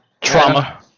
trauma